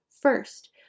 First